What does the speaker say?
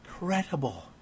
incredible